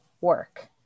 work